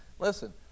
Listen